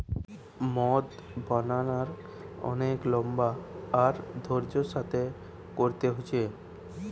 মদ বানানার অনেক লম্বা আর ধৈর্য্যের সাথে কোরতে হচ্ছে